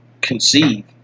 conceive